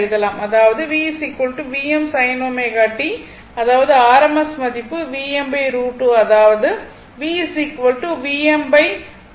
அதாவது V Vm sin ω t அதாவது rms மதிப்பு Vm √ 2 அதாவது V Vm √ 2